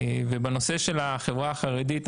ובנושא של החברה החרדית,